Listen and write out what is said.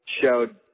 showed